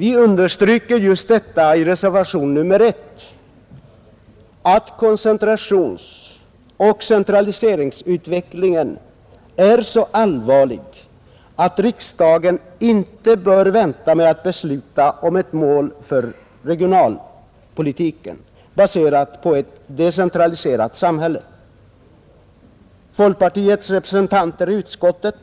I reservationen 1 understryker vi just att koncentrationsoch decentraliseringsutvecklingen är så allvarlig, att riksdagen inte bör vänta med att besluta om ett mål för regionalpolitiken, baserat på ett decentraliserat samhälle. Folkpartiets representanter i utskottet